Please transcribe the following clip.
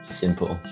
simple